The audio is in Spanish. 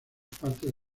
partes